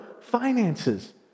finances